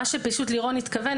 מה שלירון התכוון,